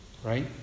Right